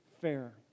fair